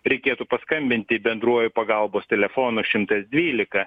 reikėtų paskambinti bendruoju pagalbos telefonu šimtas dvylika